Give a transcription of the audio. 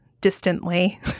distantly